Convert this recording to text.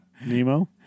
Nemo